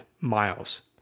miles